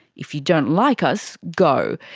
if you don't like us, go.